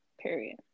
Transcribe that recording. Period